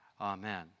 Amen